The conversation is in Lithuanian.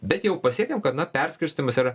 bet jau pasiekėm kad na perskirstymas yra